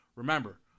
Remember